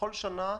בכל שנה,